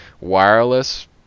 wireless